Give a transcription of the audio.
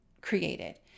created